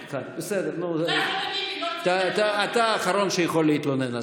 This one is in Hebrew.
בסדר, נו, אתה יכול להגיד לי: